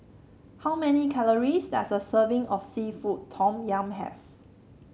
how many calories does a serving of seafood Tom Yum have